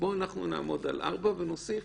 בואו נעמוד על 4 ונוסיף